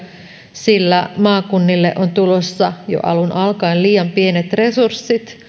sillä maakunnille on tulossa jo alun alkaen liian pienet resurssit